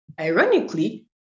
ironically